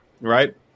right